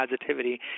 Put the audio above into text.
positivity